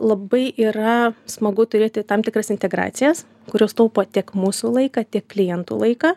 labai yra smagu turėti tam tikras integracijas kurios taupo tiek mūsų laiką tiek klientų laiką